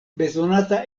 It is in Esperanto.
bezonata